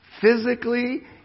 physically